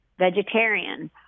vegetarian